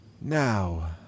Now